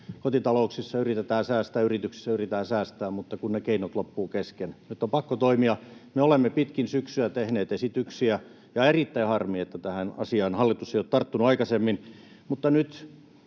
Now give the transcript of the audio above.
Kotitalouksissa yritetään säästää ja yrityksissä yritetään säästää, mutta kun ne keinot loppuvat kesken. Nyt on pakko toimia. Me olemme pitkin syksyä tehneet esityksiä, ja on erittäin harmi, että tähän asiaan hallitus ei ole tarttunut aikaisemmin. Mutta nyt